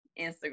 Instagram